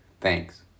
Thanks